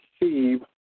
receive